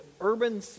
urban